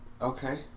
Okay